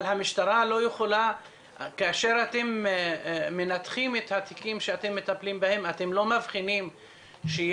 אבל כאשר אתם מנתחים את התיקים שאתם מטפלים בהם אתם לא מבחינים שיש